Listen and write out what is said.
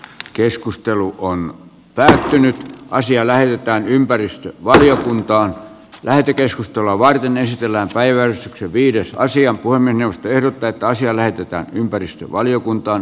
keskustelu on päättynyt ja asia lähetetään ympäristövaliokuntaan lähetekeskustelua varten esitellään päivän viidestä asia puhemiesneuvosto ehdottaa että asia lähetetään ympäristövaliokuntaan